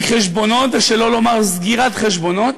מחשבונות, שלא לומר סגירת חשבונות,